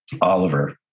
Oliver